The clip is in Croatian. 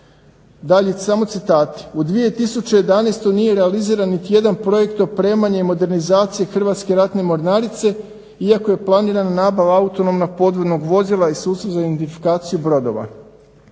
Dalje, samo citati. U 2011. nije realiziran niti jedan projekt opremanja i modernizacije Hrvatske ratne mornarice iako je planirana nabava autonomnog podvodnog vozila i sustav za identifikaciju brodova.